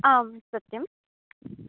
आम् सत्यम्